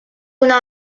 una